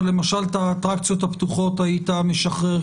אבל למשל את האטרקציות הפתוחות היית משחרר,